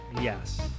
Yes